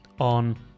on